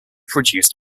produced